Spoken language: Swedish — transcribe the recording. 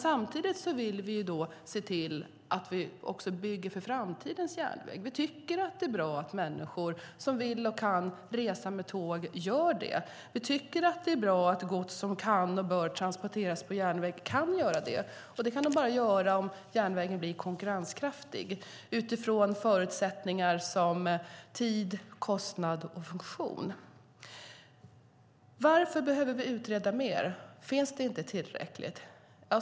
Samtidigt vill vi se till att bygga för framtidens järnväg. Vi tycker att det är bra att människor som vill och kan resa med tåg gör det. Vi tycker att det är bra att gods som kan och bör transporteras på järnväg kan göra det. Det kan de göra bara om järnvägen blir konkurrenskraftig utifrån förutsättningar som tid, kostnad och funktion. Varför behöver vi utreda mer? Finns det inte tillräckligt?